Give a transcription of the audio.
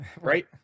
Right